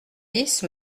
dix